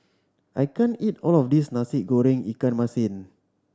I can't eat all of this Nasi Goreng ikan masin